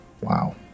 Wow